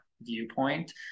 viewpoint